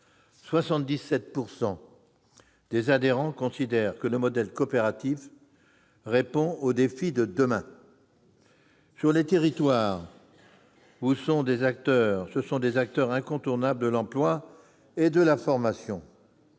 77 % des adhérents considèrent que le modèle coopératif répond aux défis de demain. Sur les territoires, ce sont des acteurs incontournables de l'emploi et de la formation.